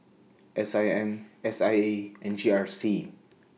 S I M S I A and G R C